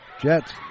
Jets